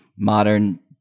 Modern